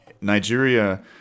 Nigeria